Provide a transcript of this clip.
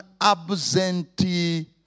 absentee